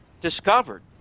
discovered